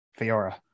Fiora